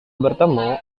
bertemu